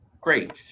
Great